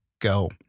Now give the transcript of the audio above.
go